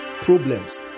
problems